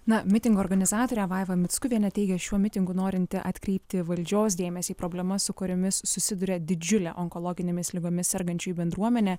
na mitingo organizatorė vaiva mickuvienė teigia šiuo mitingu norinti atkreipti valdžios dėmesį problemas su kuriomis susiduria didžiulė onkologinėmis ligomis sergančiųjų bendruomenė